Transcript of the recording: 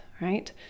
Right